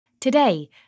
Today